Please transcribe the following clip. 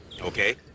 Okay